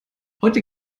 heute